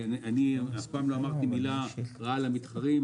אף פעם לא אמרתי מילה רעה על המתחרים.